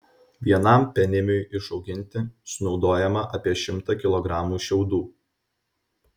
vienam penimiui išauginti sunaudojama apie šimtą kilogramų šiaudų